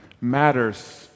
matters